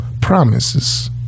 promises